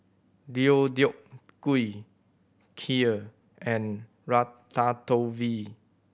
Deodeok Gui Kheer and Ratatouille